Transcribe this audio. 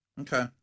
Okay